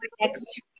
next